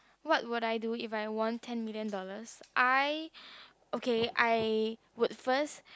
what would I do if I won ten million dollars I okay I would first